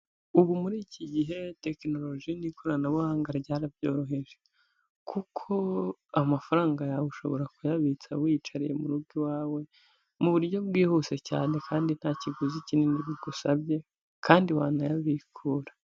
Ubu muri iki gihe tekinoloji n'ikoranabuhanga ryarabyoroheje, kuko amafaranga yawe ushobora kuyabitsa wiyicariye mu rugo iwawe mu buryo bwihuse cyane kandi nta kiguzi kinini bigusabye kandi wanayabikura.